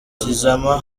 tizama